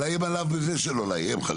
לתמרץ אותו